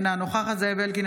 אינה נוכחת זאב אלקין,